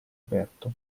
aperto